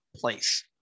place